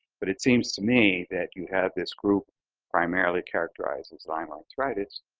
but it seems to me that you have this group primarily characterized as lyme arthritis,